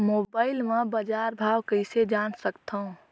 Mobile म बजार भाव कइसे जान सकथव?